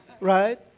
right